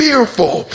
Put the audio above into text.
Fearful